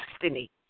destiny